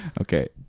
Okay